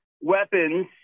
weapons